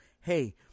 Hey